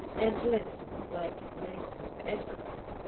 and linked like nascent atoms.